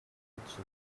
kitchen